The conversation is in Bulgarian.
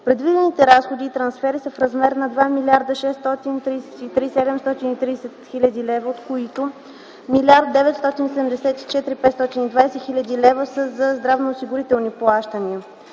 Предвидените разходи и трансфери са в размер на 2 633 730 хил. лв., от които 1 974 520 хил. лв. са за здравноосигурителни плащания.